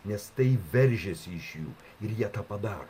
nes tai veržiasi iš jų ir jie tą padaro